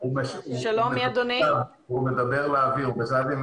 הסיפור של מכוני הבקרה הוא סיפור לא כל כך ידוע.